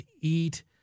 eat